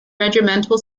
regimental